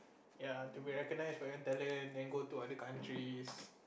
ya to be recognised for your own talent then go to other countries